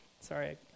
Sorry